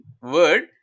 word